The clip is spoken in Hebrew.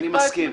אני מסכים.